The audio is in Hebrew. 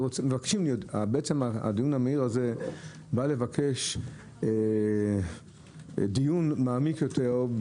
בעצם הדיון המהיר הזה בא לבקש דיון מעמיק יותר,